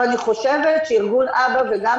ואני חושבת שארגון אב"א וגם